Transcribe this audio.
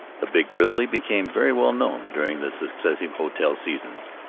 the big grizzly became very well known during the successive hotel seasons.